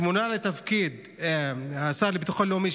שמונה לתפקיד השר לביטחון לאומי,